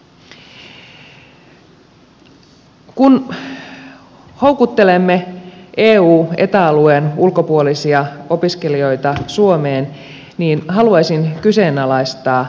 kun houkuttelemme eu ja eta alueen ulkopuolisia opiskelijoita suomeen niin haluaisin kyseenalaistaa ilmaisuuden